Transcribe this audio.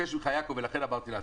ולכן ביקשתי לעצור.